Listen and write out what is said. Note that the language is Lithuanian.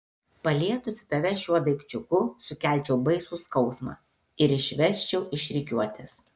palietusi tave šiuo daikčiuku sukelčiau baisų skausmą ir išvesčiau iš rikiuotės